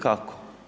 Kako?